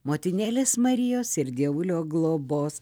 motinėlės marijos ir dievulio globos